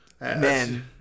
men